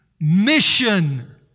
mission